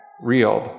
reeled